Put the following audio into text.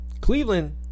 Cleveland